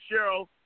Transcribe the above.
Cheryl